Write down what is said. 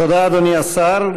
תודה, אדוני השר.